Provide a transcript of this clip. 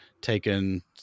taken